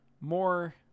more